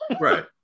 Right